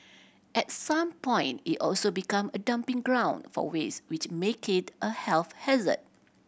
at some point it also become a dumping ground for waste which make it a health hazard